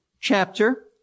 chapter